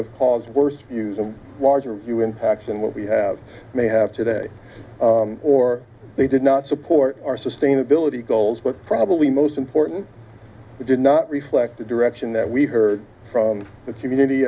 cause worse use of larger view impacts and what we have may have today or they did not support our sustainability goals but probably most important it did not reflect the direction that we heard from the community